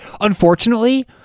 unfortunately